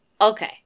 Okay